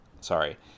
sorry